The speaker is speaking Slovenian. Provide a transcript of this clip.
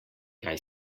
kaj